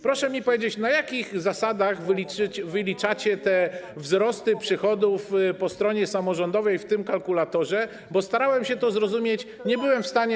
Proszę mi powiedzieć, na jakich zasadach wyliczacie wzrosty przychodów po stronie samorządowej w tym kalkulatorze, bo starałem się to zrozumieć, ale nie byłem w stanie.